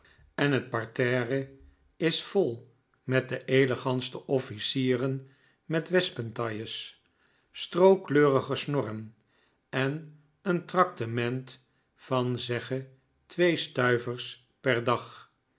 en het parterre is vol met deelegantste officieren met wespentailles strookleurige snorren en een traktement van zegge twee stuivers per dag